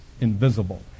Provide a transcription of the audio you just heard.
invisible